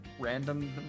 random